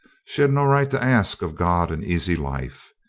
she had no right to ask of god an easy life.